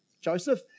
Joseph